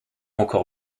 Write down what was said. encore